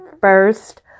first